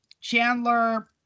Chandler